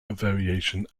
variation